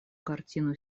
картину